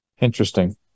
Interesting